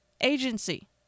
agency